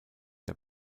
der